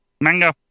Mango